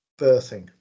birthing